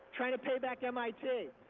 trying to pay back mit.